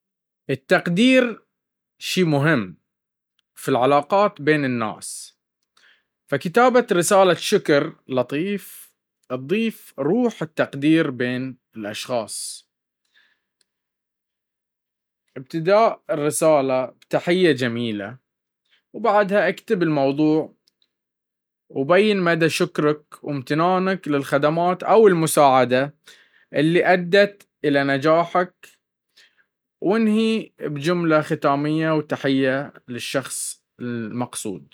التقدير شي مهم, في العلاقات بين الناس فكتابة رسالة شكر لطيفة اتضيف روح التقدير بين الأشخاص. إبداء الرسالة بتحية جميلة, وبعدها اكتب الموضوع وبين مدى شكرك وامتنانك للخدمات والمساعدة اللي أدت الى نجاحك وانهي بجملة ختامية وتحية.